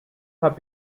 have